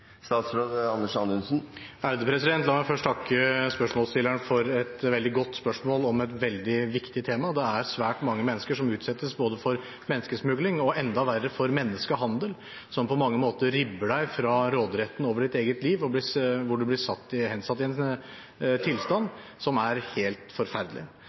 La meg først takke spørsmålsstilleren for et veldig godt spørsmål om et veldig viktig tema. Det er svært mange mennesker som utsettes både for menneskesmugling og, enda verre, for menneskehandel, som på mange måter ribber en fra råderetten over eget liv, hvor en blir hensatt i en tilstand som er helt forferdelig.